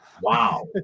wow